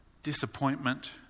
Disappointment